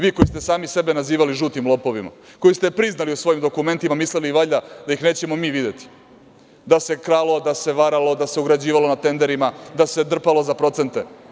Vi, koji ste sami sebe nazivali žutim lopovima, koji ste priznali u svojim dokumentima, mislili valjda da ih nećemo mi videti, da se kralo, da se varalo, da se ugrađivalo na tenderima, da se drpalo za procente!